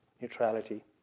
neutrality